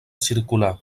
circular